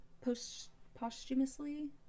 post-posthumously